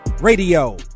Radio